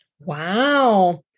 Wow